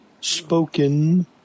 spoken